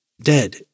dead